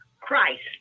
Christ